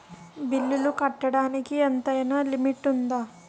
బిల్లులు కట్టడానికి ఎంతైనా లిమిట్ఉందా?